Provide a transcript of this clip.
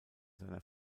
seiner